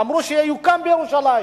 אמרו שימוקם בירושלים.